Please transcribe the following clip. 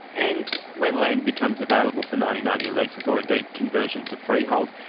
and when land becomes available for ninety nine year leases or indeed conversion to freehold,